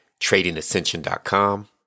tradingascension.com